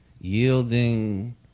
yielding